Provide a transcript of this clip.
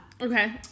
Okay